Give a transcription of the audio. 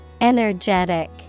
Energetic